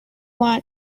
want